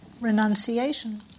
renunciation